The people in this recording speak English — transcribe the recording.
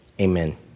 amen